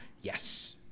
Yes